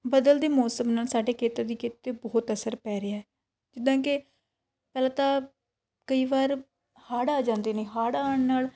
ਬਦਲਦੇ ਮੌਸਮ ਨਾਲ ਸਾਡੇ ਖੇਤਰ ਦੀ ਖੇਤੀ ਬਹੁਤ ਅਸਰ ਪੈ ਰਿਹਾ ਜਿੱਦਾਂ ਕਿ ਪਹਿਲਾਂ ਤਾਂ ਕਈ ਵਾਰ ਹੜ੍ਹ ਆ ਜਾਂਦੇ ਨੇ ਹੜ੍ਹ ਆਉਣ ਨਾਲ